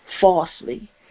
falsely